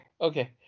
okay